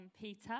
Peter